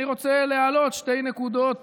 אני רוצה להעלות שתי נקודות